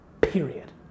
period